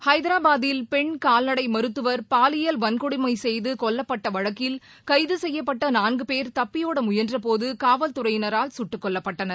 ஐதராபாத்தில் பெண் கால்நடை மருத்துவர் பாலியல் வன்கொடுமை செய்து கொல்லப்பட்ட வழக்கில் கைது செய்யப்பட்ட நான்கு பேர் தப்பியோட முயன்றபோது காவல்துறையினரால் கட்டு கொல்லப்பட்டனர்